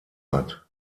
hat